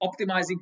optimizing